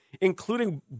Including